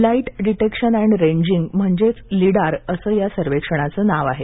light detection and ranging म्हणजे lidar असं या सर्वेक्षणाचं नाव आहे